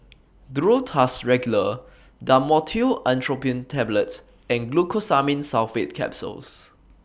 Duro Tuss Regular Dhamotil Atropine Tablets and Glucosamine Sulfate Capsules